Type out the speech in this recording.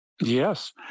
Yes